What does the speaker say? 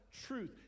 truth